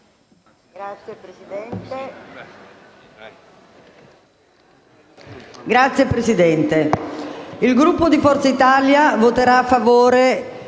Grazie, Presidente.